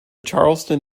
charleston